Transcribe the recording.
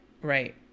Right